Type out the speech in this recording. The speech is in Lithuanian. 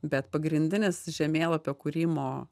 bet pagrindinis žemėlapio kūrimo